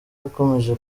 yakomeje